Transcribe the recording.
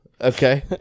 Okay